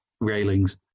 railings